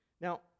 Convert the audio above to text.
Now